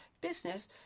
business